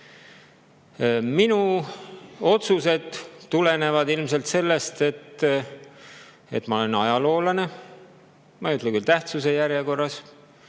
Minu otsused tulenevad ilmselt sellest, et ma olen ajaloolane. Ma ei ütle küll tähtsuse järjekorras,